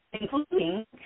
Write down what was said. including